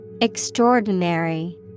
Extraordinary